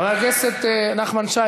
חבר הכנסת נחמן שי,